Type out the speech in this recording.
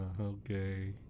Okay